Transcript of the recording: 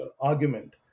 argument